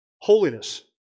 holiness